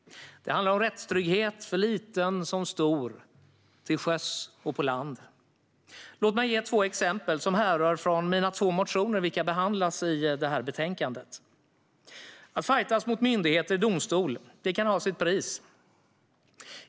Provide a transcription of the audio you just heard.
Det handlar om rättstrygghet för liten som stor, till sjöss och på land. Låt mig ge två exempel som härrör från mina två motioner, vilka behandlas i detta betänkande. Att fajtas mot myndigheter i domstol kan ha sitt pris.